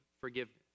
forgiveness